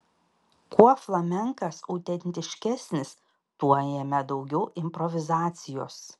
kuo flamenkas autentiškesnis tuo jame daugiau improvizacijos